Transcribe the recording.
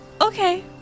Okay